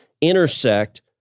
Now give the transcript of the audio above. intersect